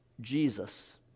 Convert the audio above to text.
Jesus